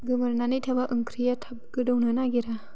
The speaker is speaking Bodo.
गोमोरनानै थाबा ओंख्रिया थाब गोदौनो नागिरा